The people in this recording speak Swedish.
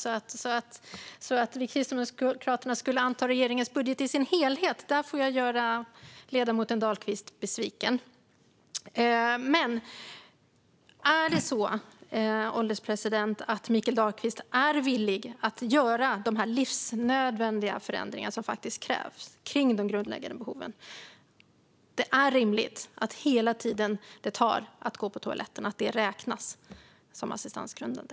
Så att i fråga om att vi kristdemokrater skulle anta regeringens budget i sin helhet får jag göra ledamoten Dahlqvist besviken. Är Mikael Dahlqvist villig att göra de livsnödvändiga förändringar som krävs när det gäller de grundläggande behoven? Det är rimligt att hela den tid som det tar att gå på toaletten räknas som assistansgrundande.